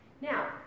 Now